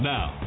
Now